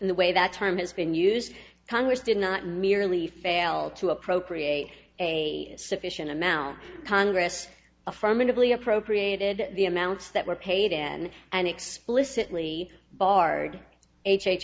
the way that term has been used congress did not merely fail to appropriate a sufficient amount congress affirmatively appropriated the amounts that were paid in and explicitly barred h h